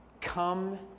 Come